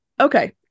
Okay